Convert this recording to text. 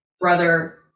brother